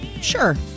Sure